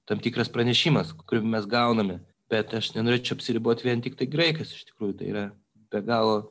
tam tikras pranešimas kurį mes gauname bet aš nenorėčiau apsiribot vien tiktai graikas iš tikrųjų tai yra be galo